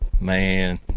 man